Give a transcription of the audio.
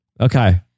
Okay